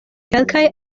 kelkaj